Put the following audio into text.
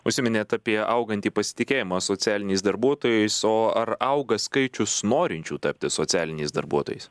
užsiminėt apie augantį pasitikėjimą socialiniais darbuotojais o ar auga skaičius norinčių tapti socialiniais darbuotojais